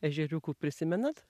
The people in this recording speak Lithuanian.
ežeriukų prisimenat